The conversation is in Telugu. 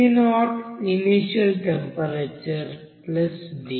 T0 initial temperature d